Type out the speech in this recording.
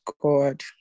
God